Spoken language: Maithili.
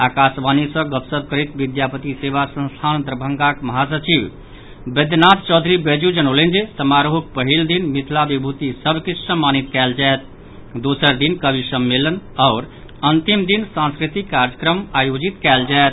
आकाशवाणी सॅ गपशप करैत विद्यापति सेवा संस्थान दरभंगाक महासचिव बैद्यनाथ चौधरी बैजू जनौलनि जे समारोहक पहिल दिन मिथिला विभूति सभ के सम्मानित कयल जायत दोसर दिन कवि सम्मेलन आओर अंतिम दिन सांस्कृतिक कार्यक्रम आयोजित कयल जायत